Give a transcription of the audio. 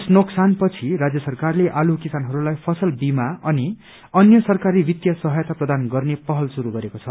यस नोकसान पछि राज्य सरकारले आलु किसानहरूलाई फसल बिमा अनि अन्य सरकारी वित्तीय सहायता प्रदान गर्ने पहल शुरू गरेको छ